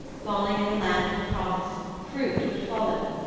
falling in a land of promise fruit would follow.